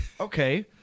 Okay